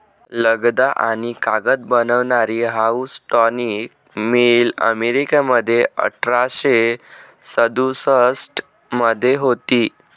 लगदा आणि कागद बनवणारी हाऊसटॉनिक मिल अमेरिकेमध्ये अठराशे सदुसष्ट मध्ये होती